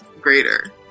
greater